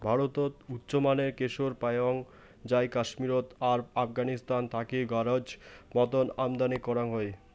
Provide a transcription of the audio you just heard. ভারতত উচ্চমানের কেশর পাওয়াং যাই কাশ্মীরত আর আফগানিস্তান থাকি গরোজ মতন আমদানি করাং হই